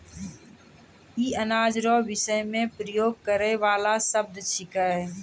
ई अनाज रो विषय मे प्रयोग करै वाला शब्द छिकै